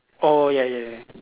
oh ya ya ya